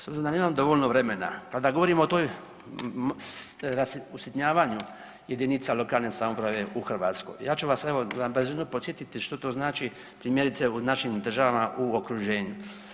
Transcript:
S obzirom da nemam dovoljno vremena, kada govorimo o tom usitnjavanju jedinica lokalne samouprave u Hrvatskoj, ja ću vas evo na brzinu podsjetiti što to znači primjerice u našim državama u okruženju.